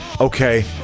Okay